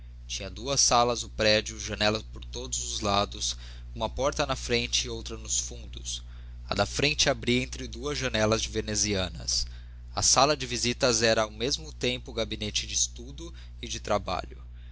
tinha duas salas o prédio janelas por todos os lados uma porta na frente e outra nos fundos a da frente abria entre duas janelas de venezianas a sala de visitas era ao mesmo tempo gabinete de estudo e de trabalho